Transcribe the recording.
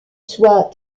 soient